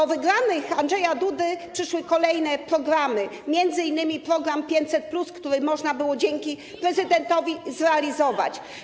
Po wygranych Andrzeja Dudy przyszły kolejne programy, m.in. program 500+, który można było dzięki prezydentowi zrealizować.